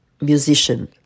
musician